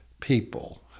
people